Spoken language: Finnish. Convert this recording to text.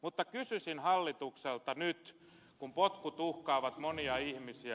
mutta kysyisin hallitukselta nyt kun potkut uhkaavat monia ihmisiä